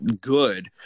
good